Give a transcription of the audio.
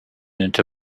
into